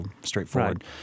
straightforward